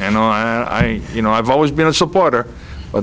and you know i've always been a supporter